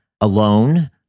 alone